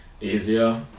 easier